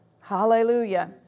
hallelujah